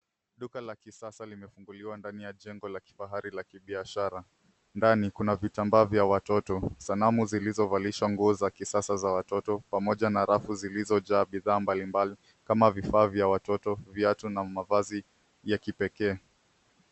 Duka la kisasa limefunguliwa ndani ya jengo la kifahari la kibiashara. Ndani kuna vitambaa vya watoto, sanamu zilizovalishwa nguo za kisasa za watoto pamoja na rafu zilizojaa bidhaa mbalimbali kama vifaa vya watoto, viatu na mavazi ya kipekee.